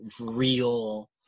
real